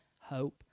hope